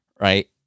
right